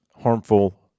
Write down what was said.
harmful